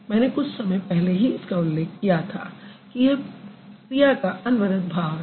मैंने कुछ समय पहले ही इसका उल्लेख किया था कि यह क्रिया का अनवरत भाव है